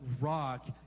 rock